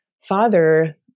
father